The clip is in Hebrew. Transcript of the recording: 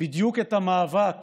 בדיוק את המאבק